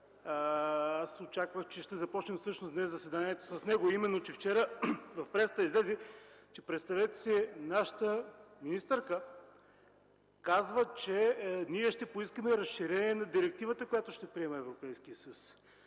аз очаквах, че всъщност ще започне днес заседанието, а именно, че вчера в пресата излезе, че, представете си, нашата министърка казва, че ние ще поискаме разширение на директивата, която ще приеме Европейският съюз.